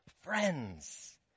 friends